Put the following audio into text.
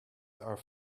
are